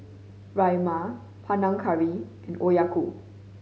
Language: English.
Rajma Panang Curry and Okayu